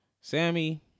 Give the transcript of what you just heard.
Sammy